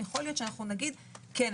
יכול להיות שנגיד: כן,